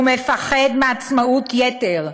הוא מפחד מעצמאות יתר,